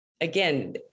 again